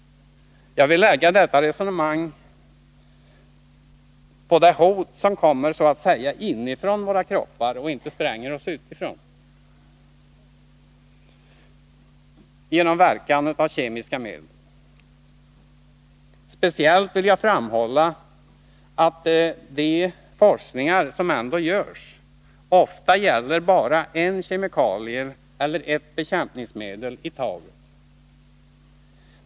Jag vill bygga detta resonemang på det hot som kommer så att säga inifrån våra kroppar och inte spränger oss utifrån genom verkan av kemiska medel. Speciellt vill jag framhålla att de forskningar som ändå görs ofta gäller bara en kemikalie eller ett bekämpningsmedel i taget.